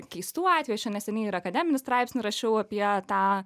keistų atvejų aš čia neseniai ir akademinį straipsnį rašiau apie tą